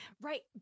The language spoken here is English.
Right